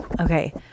Okay